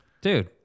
dude